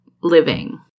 living